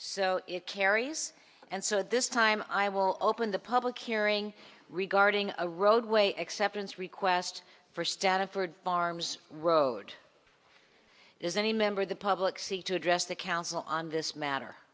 so it carries and so this time i will open the public hearing regarding a roadway acceptance request for status farms road is any member of the public see to address the council on this matter